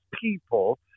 people